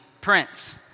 prince